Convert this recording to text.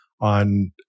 on